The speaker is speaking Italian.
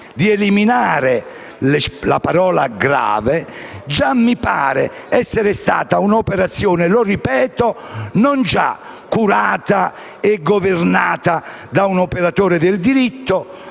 di eliminare la parola «grave» già mi pare essere stata un'operazione - lo ripeto - non curata e governata da un operatore del diritto,